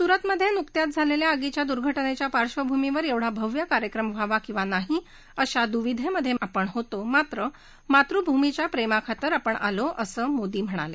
सुरतमधे नुकत्याच झालेल्या आगीच्या दुर्घात्रेच्या पार्श्वभूमीवर एवढा भव्य कार्यक्रम व्हावा किंवा नाही अशा दुविधेमधे आपण होतो मात्र मातृभूमीच्या प्रेमाखातर आपण आलो असं मोदी म्हणाले